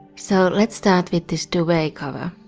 so, let's start with this duvet cover.